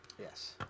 Yes